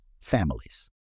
families